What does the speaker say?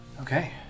Okay